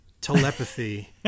telepathy